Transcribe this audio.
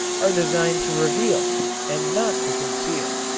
are designed to reveal and not to conceal.